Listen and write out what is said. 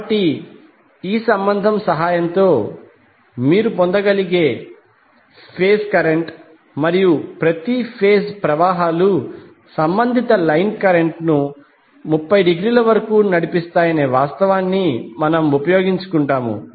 కాబట్టి ఈ సంబంధం సహాయంతో మీరు పొందగలిగే ఫేజ్ కరెంట్ మరియు ప్రతి ఫేజ్ ప్రవాహాలు సంబంధిత లైన్ కరెంట్ ను 30 డిగ్రీల వరకు నడిపిస్తాయనే వాస్తవాన్ని మనము ఉపయోగించుకుంటాము